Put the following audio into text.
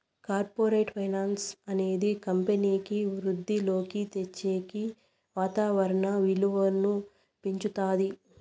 corporate finance అనేది కంపెనీకి వృద్ధిలోకి తెచ్చేకి వాతాదారుల విలువను పెంచుతాది